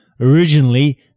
Originally